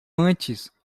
antes